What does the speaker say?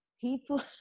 People